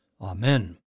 Amen